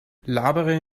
labere